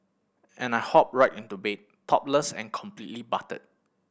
and I hop right into bed topless and completely buttered